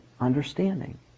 understanding